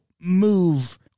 move